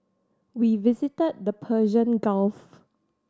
we visited the Persian Gulf